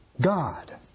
God